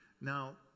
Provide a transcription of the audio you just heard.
Now